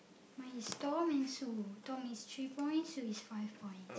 my stone and Sue Tom is three point Sue is five point